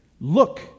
Look